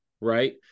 Right